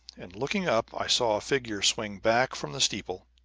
and, looking up, i saw a figure swing back from the steeple,